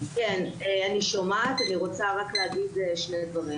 אני רוצה רק להגיד שני דברים.